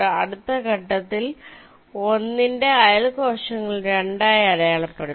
അടുത്ത ഘട്ടത്തിൽ 1 ന്റെ അയൽ കോശങ്ങൾ 2 ആയി അടയാളപ്പെടുത്തും